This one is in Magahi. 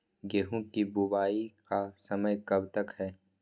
गेंहू की बुवाई का समय कब तक है?